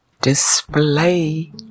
display